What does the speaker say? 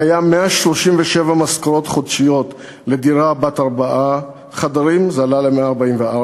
זה היה 137 משכורות חודשיות לדירה בת ארבעה חדרים וזה עלה ל-144,